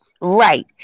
right